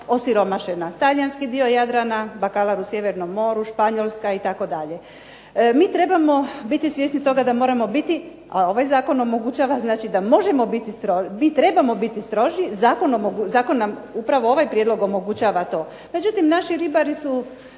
osiromašena. Talijanski dio Jadrana, bakalar u Sjevernom moru, Španjolska itd. Mi trebamo biti svjesni toga da moramo biti, a ovaj zakon omogućava znači da možemo biti, mi trebamo biti stroži, zakon nam upravo ovaj prijedlog omogućava to. Međutim, naši ribari su